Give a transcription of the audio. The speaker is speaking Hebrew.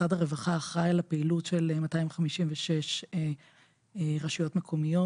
משרד הרווחה אחראי על הפעילות בתחום הזקנה של 256 רשויות מקומיות,